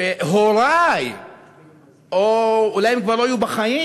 כשהורי אולי כבר לא יהיו בחיים,